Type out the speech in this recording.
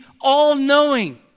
all-knowing